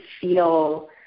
feel